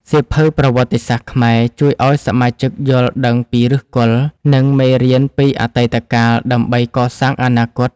សៀវភៅប្រវត្តិសាស្ត្រខ្មែរ ជួយឱ្យសមាជិកយល់ដឹងពីឫសគល់ និងមេរៀនពីអតីតកាលដើម្បីកសាងអនាគត។